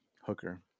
hooker